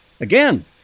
Again